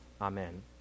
Amen